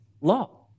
law